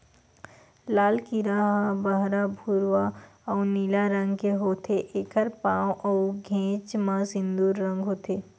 लाल कीरा ह बहरा भूरवा अउ नीला रंग के होथे, एखर पांव अउ घेंच म सिंदूर रंग होथे